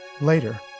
Later